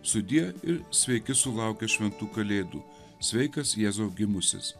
sudie ir sveiki sulaukę šventų kalėdų sveikas jėzau gimusis